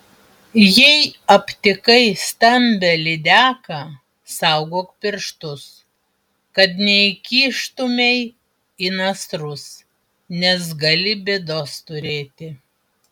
jei aptikai stambią lydeką saugok pirštus kad neįkištumei į nasrus nes gali bėdos turėti